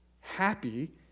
Happy